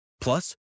Plus